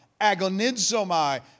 Agonizomai